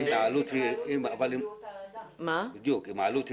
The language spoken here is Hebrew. אבל אם העלות היא בריאות האנשים --- אם העלות היא